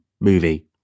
movie